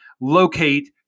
locate